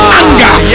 anger